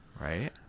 Right